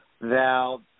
now